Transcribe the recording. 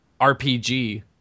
RPG